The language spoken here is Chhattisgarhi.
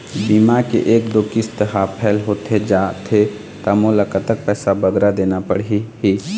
बीमा के एक दो किस्त हा फेल होथे जा थे ता मोला कतक पैसा बगरा देना पड़ही ही?